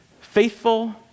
Faithful